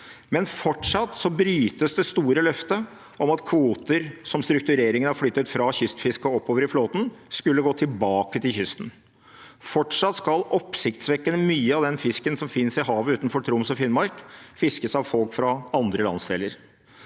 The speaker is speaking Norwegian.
fortsatt det store løftet om at kvoter struktureringen har flyttet fra kystfisket og oppover i flåten, skulle gå tilbake til kysten. Fortsatt skal oppsiktsvekkende mye av den fisken som finnes i havet utenfor Troms og Finnmark, fiskes av folk fra andre landsdeler.